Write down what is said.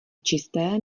čisté